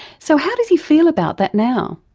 so how does he feel about that now?